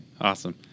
awesome